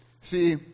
see